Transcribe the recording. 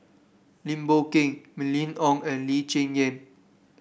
Lim Boon Keng Mylene Ong and Lee Cheng Yan